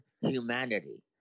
humanity